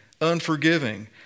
unforgiving